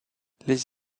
les